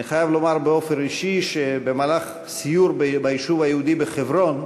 אני חייב לומר באופן אישי שבמהלך סיור ביישוב היהודי בחברון,